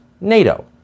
NATO